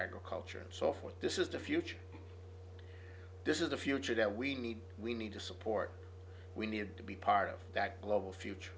agriculture and so forth this is the future this is the future that we need we need to support we need to be part of that global future